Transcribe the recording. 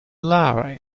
larry